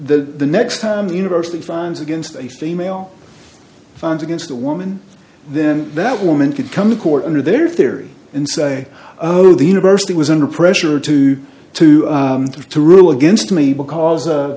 the next time the university finds against a female found against the woman then that woman could come to court under their theory and say oh the university was under pressure to to have to rule against me because